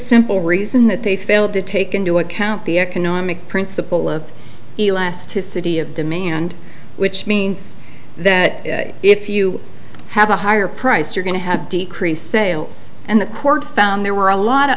simple reason that they failed to take into account the economic principle of elasticity of demand which means that if you have a higher price you're going to have decreased sales and the court found there were a lot of